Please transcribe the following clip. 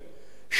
שלא רק